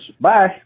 Bye